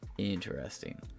Interesting